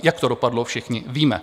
Jak to dopadlo, všichni víme.